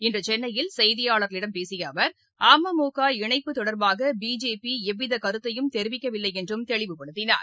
இன்றசென்னையில் செய்தியாளர்களிடம் பேசியஅவர் இணைப்பு கொடர்பாக பிஜேபிஎவ்விதகருத்தையும் தெரிவிக்கவில்லைஎன்றும் தெளிவுப்படுத்தினார்